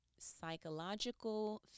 psychological